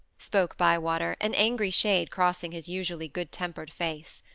spoke bywater, an angry shade crossing his usually good-tempered face.